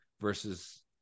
versus